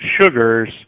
sugars